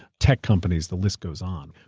tech companies. the list goes on.